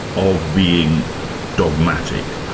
of being dogmatic.